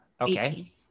Okay